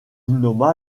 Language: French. nomma